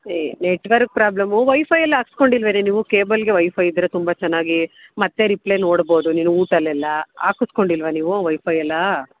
ಏ network problem wifi ಎಲ್ಲ ಹಾಕ್ಸ್ಕೊಂಡ್ ಇಲ್ಲವೇನೆ ನೀವು ಕೇಬಲ್ಗೆ ವೈಫೈ ಇದ್ದರೆ ತುಂಬ ಚೆನ್ನಾಗಿ ಮತ್ತೆ ರಿಪ್ಲೈ ನೋಡ್ಬೋದು ನೀನು ವೂಟಲೆಲ್ಲ ಹಾಕಸ್ಕೊಂಡಿಲ್ವ ನೀವು ವೈಫೈ ಎಲ್ಲ